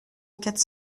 quatre